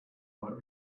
might